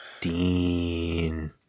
dean